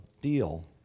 deal